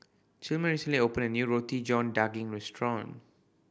Tilman recently opened a new Roti John Daging restaurant